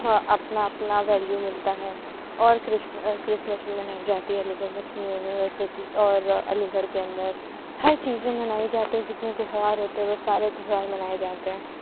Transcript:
اپنا اپنا ویلیو ملتا ہے اور کرسمس بھی منائی جاتی ہے علی گڑھ مسلم یونیورسٹی اور علی گڑھ کے اندر ہر چیزیں منائی جاتی ہیں جتنے تہوار ہوتے ہیں وہ سارے تہوار منائے جاتے ہیں